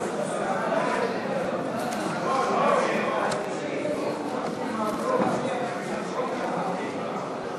לתיקון פקודת העיריות (הוראת שעה) (תיקון מס' 2),